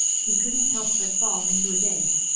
he couldn't help but fall into a daze.